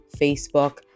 Facebook